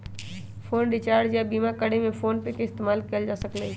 phone recharge या बीमा करे में फोनपे के इस्तेमाल कएल जा सकलई ह